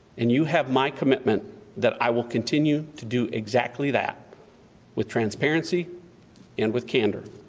and you have my commitment that i will continue to do exactly that with transparency and with candor.